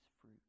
fruit